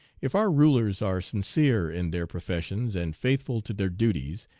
if our rulers are sincere in their professions, and faithful to their duties,